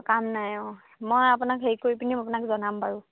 কাম নাই অঁ মই আপোনাক হেৰি কৰি পিনি আপোনাক জনাম বাৰু